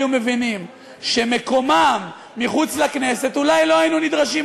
היו מבינים שמקומם מחוץ לכנסת,